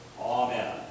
Amen